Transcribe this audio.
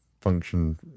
function